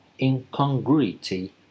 incongruity